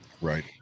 right